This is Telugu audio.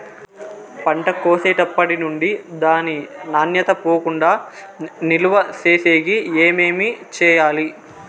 పంట కోసేటప్పటినుండి దాని నాణ్యత పోకుండా నిలువ సేసేకి ఏమేమి చేయాలి?